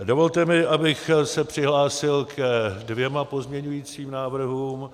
Dovolte mi, abych se přihlásil ke dvěma pozměňovacím návrhům.